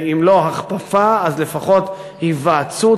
אם לא הכפפה אז לפחות היוועצות,